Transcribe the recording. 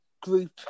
group